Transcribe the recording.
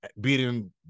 Beating